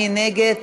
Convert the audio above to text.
מי נגד?